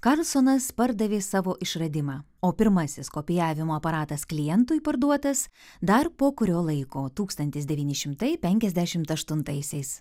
karlsonas pardavė savo išradimą o pirmasis kopijavimo aparatas klientui parduotas dar po kurio laiko tūkstantis devyni šimtai penkiasdešimt aštuntaisiais